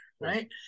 right